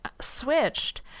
switched